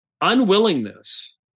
unwillingness